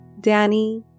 Danny